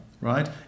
right